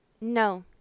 No